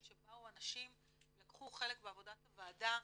שבאו אנשים ולקחו חלק בעבודת הוועדה,